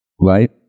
Right